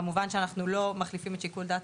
כמובן שאנחנו לא מחליפים את שיקול דעת